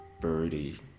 Birdie